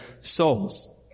souls